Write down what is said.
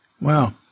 Wow